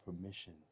permission